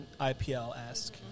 IPL-esque